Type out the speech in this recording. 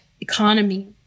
economy